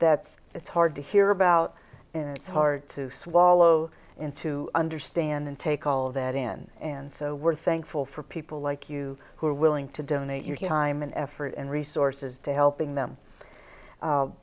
that it's hard to hear about it so hard to swallow into understand and take all that in and so we're thankful for people like you who are willing to donate your time and effort and resources to helping them